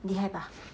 厉害 bah